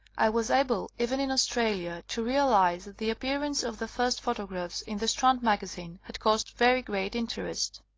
i was able, even in australia, to realize that the appearance of the first photographs in the strand magazine had caused very great interest.